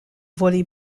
volley